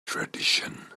tradition